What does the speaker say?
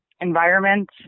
environment